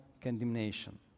condemnation